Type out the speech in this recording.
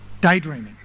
daydreaming